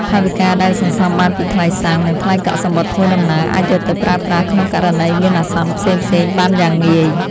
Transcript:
ថវិកាដែលសន្សំបានពីថ្លៃសាំង និងថ្លៃកក់សំបុត្រធ្វើដំណើរ អាចយកទៅប្រើប្រាស់ក្នុងករណីមានអាសន្នផ្សេងៗបានយ៉ាងងាយ។